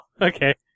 okay